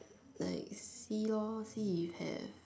like see lor see if have